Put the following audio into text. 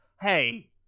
hey